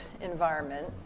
environment